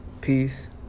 Peace